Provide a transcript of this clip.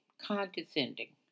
condescending